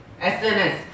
SNS